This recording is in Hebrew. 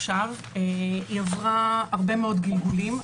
היא עברה הרבה מאוד גלגולים.